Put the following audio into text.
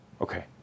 Okay